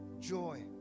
joy